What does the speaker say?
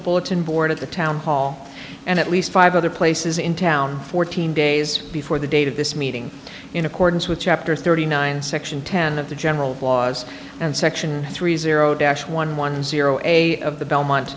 bulletin board at the town hall and at least five other places in town fourteen days before the date of this meeting in accordance with chapter thirty nine section ten of the general laws and section three zero dash one one zero eight of the belmont